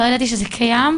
לא העליתי שזה קיים,